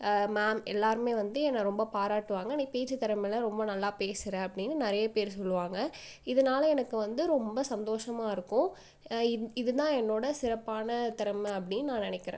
ma'am எல்லாருமே வந்து என்ன ரொம்ப பாராட்டுவாங்க நீ பேச்சு திறமையில ரொம்ப நல்லா பேசுகிற அப்படின்னு நிறைய பேர் சொல்லுவாங்கள் இதனால் எனக்கு வந்து ரொம்ப சந்தோஷமாகருக்கும் இ இதுதான் என்னோட சிறப்பான திறமை அப்படின்னு நான் நினைக்கிறேன்